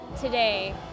today